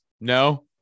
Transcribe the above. No